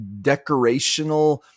decorational